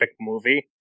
movie